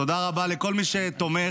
תודה רבה לכל מי שתומך.